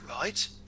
right